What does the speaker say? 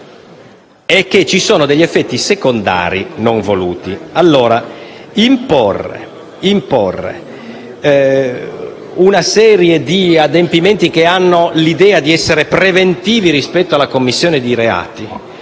è che ci sono degli effetti secondari non voluti. Si vorrebbe imporre una serie di adempimenti che hanno l'idea di essere preventivi rispetto alla commissione di reati,